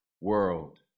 world